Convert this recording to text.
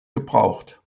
gebraucht